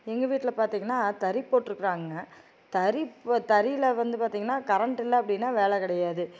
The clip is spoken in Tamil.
எங்கள் வீட்டில் பார்த்திங்கினா தறி போட்டுருக்குறாங்க தறி தறியில் வந்து பார்த்திங்கினா கரண்ட் இல்லை அப்படினா வேலை கிடையாது